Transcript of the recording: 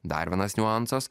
dar vienas niuansas